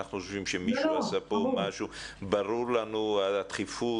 ברור לנו הדחיפות.